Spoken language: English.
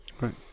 Right